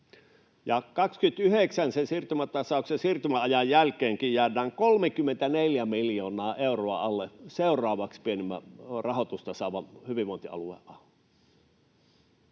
sen siirtymätasauksen, siirtymäajan jälkeenkin, jäädään 34 miljoonaa euroa seuraavaksi pienemmän rahoitusta saavan hyvinvointialueen